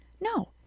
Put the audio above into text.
no